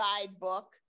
guidebook